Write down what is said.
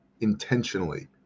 intentionally